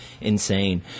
insane